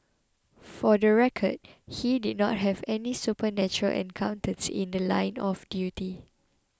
for the record he did not have any supernatural encounters in The Line of duty